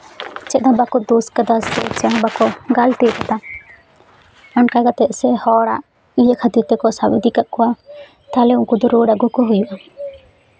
ᱪᱮᱫ ᱦᱚᱸ ᱵᱟᱠᱚ ᱫᱳᱥ ᱠᱟᱫᱟ ᱥᱮ ᱦᱚᱸ ᱵᱟᱠᱚ ᱜᱟᱹᱞᱛᱤ ᱠᱟᱫᱟ ᱚᱱᱠᱟ ᱠᱟᱛᱮ ᱥᱮ ᱦᱚᱲᱟᱜ ᱤᱭᱟᱹ ᱠᱷᱟᱹᱛᱤᱨ ᱛᱮᱠᱚ ᱥᱟᱵ ᱤᱫᱤ ᱠᱮᱜ ᱠᱚᱣᱟ ᱛᱟᱦᱚᱞᱮ ᱩᱱᱠᱩ ᱫᱚ ᱨᱩᱣᱟᱹᱲ ᱟᱜᱩ ᱠᱚ ᱦᱩᱭᱩᱜᱼᱟ